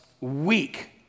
weak